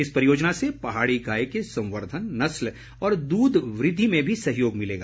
इस परियोजना से पहाड़ी गाय के संवर्द्वन नस्ल और दूध वृद्वि में भी सहयोग मिलेगा